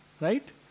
right